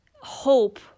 hope